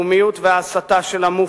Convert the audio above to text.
הלאומיות וההסתה של המופתי,